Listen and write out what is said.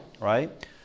right